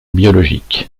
biologiques